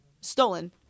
Stolen